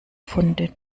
funde